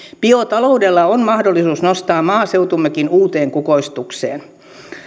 biotaloudella on mahdollisuus nostaa maaseutummekin uuteen kukoistukseen